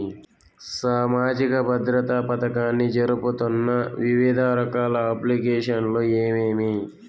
సామాజిక భద్రత పథకాన్ని జరుపుతున్న వివిధ రకాల అప్లికేషన్లు ఏమేమి?